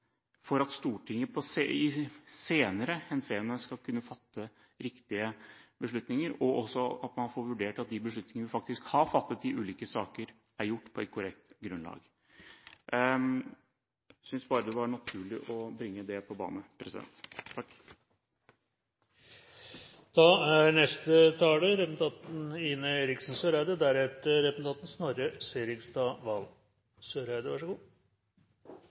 for at Stortinget senere skal kunne fatte riktige beslutninger, og også for å få vurdert om de beslutningene man faktisk har fattet i ulike saker, er gjort på et korrekt grunnlag. Jeg syntes bare det var naturlig å bringe det på bane. På en dag som denne, når vi diskuterer den innsatsen våre menn og kvinner i uniform gjør og har gjort gjennom et langt engasjement i Afghanistan, er